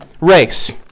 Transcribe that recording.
race